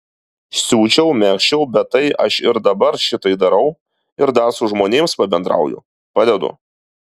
siūčiau megzčiau bet tai aš ir dabar šitai darau ir dar su žmonėms pabendrauju padedu